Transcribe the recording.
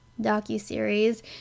docuseries